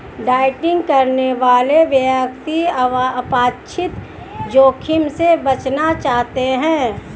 day trading करने वाले व्यक्ति अवांछित जोखिम से बचना चाहते हैं